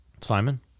Simon